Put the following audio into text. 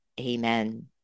Amen